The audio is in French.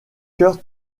kurt